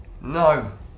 no